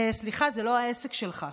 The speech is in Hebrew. סליחה, זה לא העסק שלך.